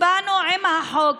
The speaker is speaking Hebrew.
הצבענו עם החוק,